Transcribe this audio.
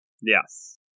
Yes